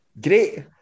Great